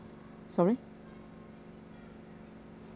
sorry